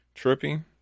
Trippy